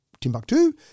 Timbuktu